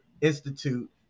Institute